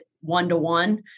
one-to-one